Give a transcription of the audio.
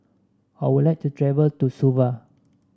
I would like to travel to Suva